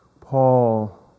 Paul